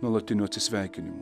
nuolatinių atsisveikinimų